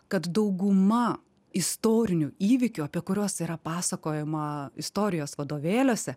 kad dauguma istorinių įvykių apie kuriuos yra pasakojama istorijos vadovėliuose